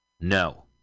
No